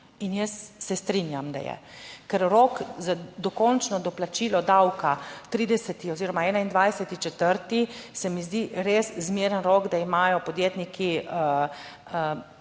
In jaz se strinjam, da je, ker rok za dokončno doplačilo davka 30. oziroma 21. 4. se mi zdi res zmeren rok, da imajo podjetniki